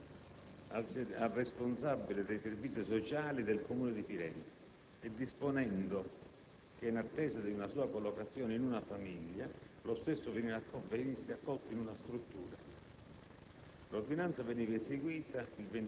l'affidamento del minore al responsabile dei servizi sociali del Comune di Firenze e disponendo che, in attesa di una sua collocazione in una famiglia, lo stesso venisse accolto in una struttura.